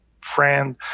friend